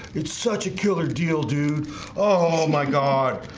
it's such a killer deal, dude oh, my god.